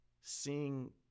seeing